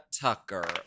Tucker